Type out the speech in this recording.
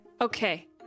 Okay